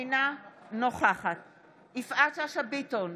זועבי, אינה נוכחת יפעת שאשא ביטון,